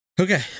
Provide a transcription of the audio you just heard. okay